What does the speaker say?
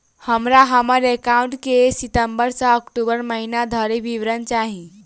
हमरा हम्मर एकाउंट केँ सितम्बर सँ अक्टूबर महीना धरि विवरण चाहि?